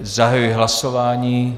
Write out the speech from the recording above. Zahajuji hlasování.